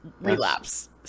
relapse